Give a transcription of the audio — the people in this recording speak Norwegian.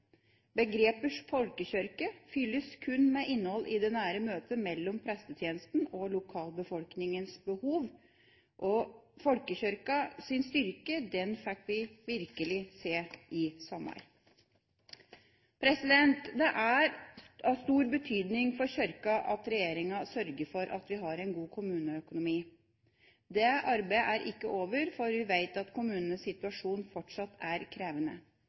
kun med innhold i det nære møtet mellom prestetjenesten og lokalbefolkningens behov. Folkekirkens styrke fikk vi virkelig se i sommer. Det er av stor betydning for Kirken at regjeringa sørger for at vi har en god kommuneøkonomi. Det arbeidet er ikke over, for vi vet at kommunenes situasjon fortsatt er krevende.